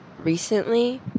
recently